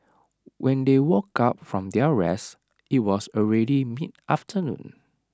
when they woke up from their rest IT was already mid afternoon